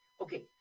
Okay